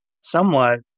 somewhat